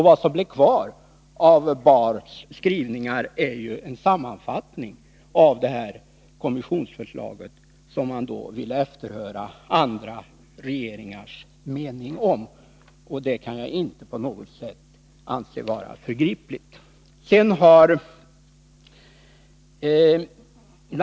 Vad som blev kvar av Egon Bahrs skrivningar är en sammanfattning av det kommissionsförslag som man ville efterhöra andra regeringars mening om. Det kan jag inte på något sätt anse vara förgripligt. Bl.